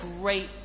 great